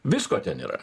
visko ten yra